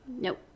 Nope